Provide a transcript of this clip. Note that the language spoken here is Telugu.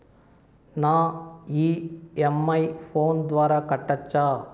నా ఇ.ఎం.ఐ ను ఫోను ద్వారా కట్టొచ్చా?